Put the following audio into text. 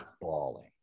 bawling